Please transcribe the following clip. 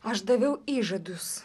aš daviau įžadus